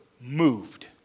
moved